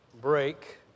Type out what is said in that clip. break